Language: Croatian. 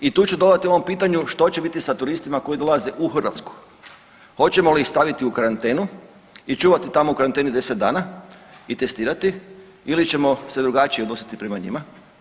I tu ću dodati ovom pitanju što će biti sa turistima koji dolaze u Hrvatsku, hoćemo li ih staviti u karantenu i čuvati tamo u karanteni 10 dana i testirati ili ćemo se drugačije odnositi prema njima.